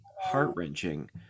heart-wrenching